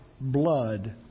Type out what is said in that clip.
blood